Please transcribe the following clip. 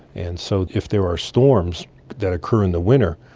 and so if there are storms that occur in the winter,